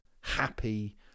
happy